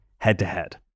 head-to-head